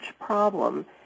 problem